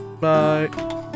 Bye